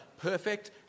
perfect